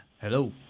Hello